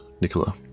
nicola